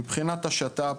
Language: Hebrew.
מבחינת השת"פ